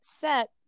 set